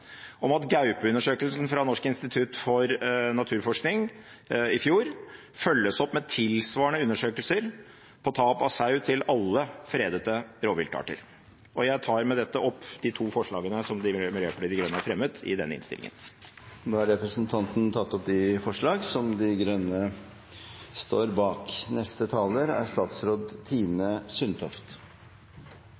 om at gaupeundersøkelsen fra Norsk institutt for naturforskning i fjor følges opp med tilsvarende undersøkelser om tap av sau til alle fredede rovviltarter. Jeg tar med dette opp de to forslagene som Miljøpartiet De Grønne har fremmet i denne innstillingen. Representanten Rasmus Hansson har tatt opp de forslagene han refererte til. Den private eiendomsretten er